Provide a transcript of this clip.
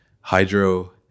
hydro